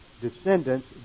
descendants